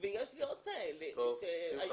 ויש לי עוד כאלה שהיו --- טוב.